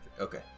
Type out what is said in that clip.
okay